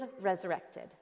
resurrected